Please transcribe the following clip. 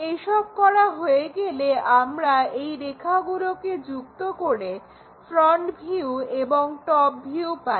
এইসব করা হয়ে গেলে আমরা এই রেখাগুলোকে যুক্ত করে ফ্রন্ট ভিউ এবং টপ ভিউ পাই